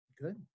Good